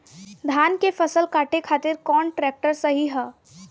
धान के फसल काटे खातिर कौन ट्रैक्टर सही ह?